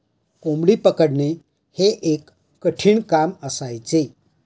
कोंबडी पकडणे हे एक कठीण काम असायचे